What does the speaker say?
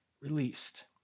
released